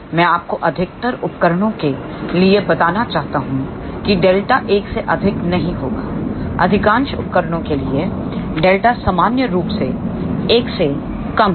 मैं आपको अधिकतर उपकरणों के लिए बताना चाहता हूं की Δ 1 से अधिक नहीं होगा अधिकांश उपकरणों के लिए Δ सामान्य रूप से 1 से कम है